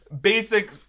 basic